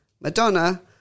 Madonna